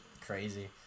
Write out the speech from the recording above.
crazy